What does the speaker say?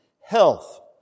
health